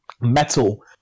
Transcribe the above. metal